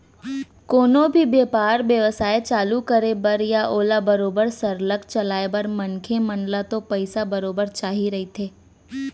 कोनो भी बेपार बेवसाय चालू करे बर या ओला बरोबर सरलग चलाय बर मनखे मन ल तो पइसा बरोबर चाही रहिथे